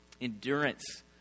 endurance